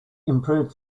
improved